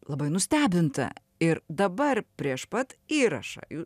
labai nustebinta ir dabar prieš pat įrašą